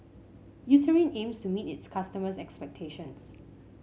Eucerin aims to meet its customers' expectations